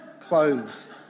clothes